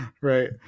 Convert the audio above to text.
Right